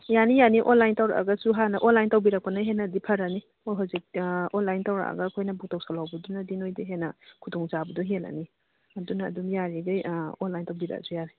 ꯌꯥꯅꯤ ꯌꯥꯅꯤ ꯑꯣꯟꯂꯥꯏꯟ ꯇꯧꯔꯛꯑꯒꯁꯨ ꯍꯥꯟꯅ ꯑꯣꯟꯂꯥꯏꯟ ꯇꯧꯕꯤꯔꯛꯄꯅ ꯍꯦꯟꯅꯗꯤ ꯐꯔꯅꯤ ꯑꯩꯈꯣꯏ ꯍꯧꯖꯤꯛ ꯑꯣꯟꯂꯥꯏꯟ ꯇꯧꯔꯛꯑꯒ ꯑꯩꯈꯣꯏꯅ ꯕꯨꯛ ꯇꯧꯁꯜꯍꯧꯕꯗꯨꯅꯗꯤ ꯅꯣꯏꯗ ꯍꯦꯟꯅ ꯈꯨꯗꯣꯡ ꯆꯥꯕꯗꯨ ꯍꯦꯜꯂꯅꯤ ꯑꯗꯨꯅ ꯑꯗꯨꯝ ꯌꯥꯔꯤꯒꯩ ꯑꯥ ꯑꯣꯟꯂꯥꯏꯟ ꯇꯧꯕꯤꯔꯛꯑꯁꯨ ꯌꯥꯔꯦ